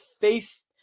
face